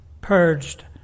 purged